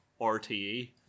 RTE